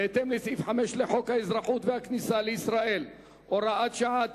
בהתאם לסעיף 5 לחוק האזרחות והכניסה לישראל (הוראת שעה),